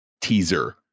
teaser